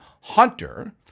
Hunter